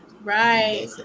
right